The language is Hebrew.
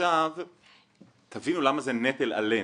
עכשיו תבינו למה זה נטל עלינו.